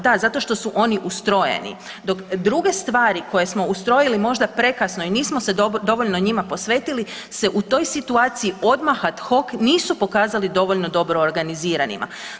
Da zato što su oni ustrojeni, dok druge stvari koje smo ustrojili možda prekasno i nismo se dovoljno njima posvetili se u toj situaciji odmah ad hoc nisu pokazali dovoljno dobro organiziranima.